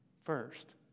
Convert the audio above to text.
first